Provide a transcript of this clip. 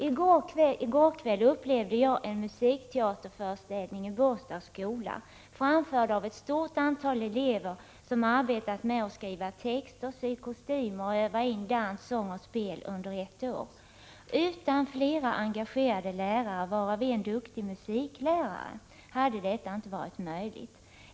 I går kväll upplevde jag en musikteaterföreställning i Båstads skola, framförd av ett stort antal elever som arbetat med att skriva texter, sy kostymer och öva in dans, sång och spel under ett år. Utan ett flertal engagerade lärare, varav en duktig musiklärare, hade detta inte varit möjligt.